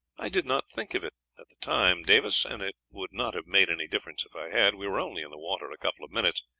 i did not think of it at the time, davis, and it would not have made any difference if i had we were only in the water a couple of minutes,